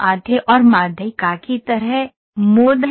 माध्य और माध्यिका की तरह मोड है